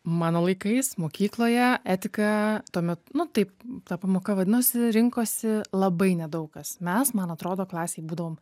mano laikais mokykloje etika tuomet nu taip ta pamoka vadinosi rinkosi labai nedaug kas mes man atrodo klasėj būdavom